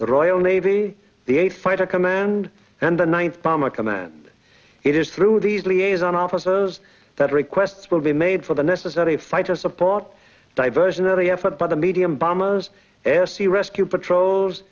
the royal navy the eight fight a command and the ninth bomber command it is through these liaison officers that requests will be made for the necessary fighter support diversionary effort by the medium bombers air sea rescue patrol